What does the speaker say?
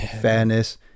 fairness